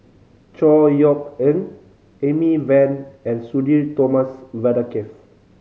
Chor Yeok Eng Amy Van and Sudhir Thomas Vadaketh